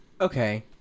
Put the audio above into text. Okay